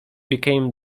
became